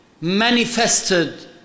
manifested